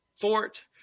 fort